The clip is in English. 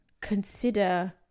consider